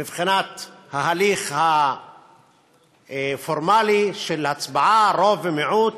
מבחינת ההליך הפורמלי של ההצבעה, רוב ומיעוט,